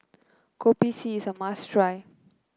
Kopi C is a must try